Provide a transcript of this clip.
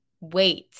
wait